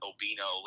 Obino